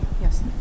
yes